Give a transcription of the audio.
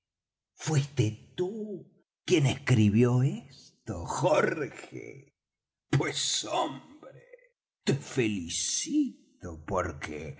fuiste tú quien escribió ésto jorge pues hombre te felicito porque